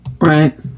Right